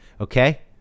Okay